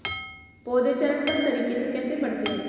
पौधे चरणबद्ध तरीके से कैसे बढ़ते हैं?